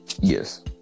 Yes